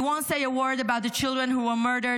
You won’t say a word about the children who were murdered,